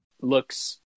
looks